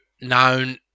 known